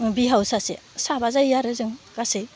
बिहाव सासे साबा जायो आरो जों गासै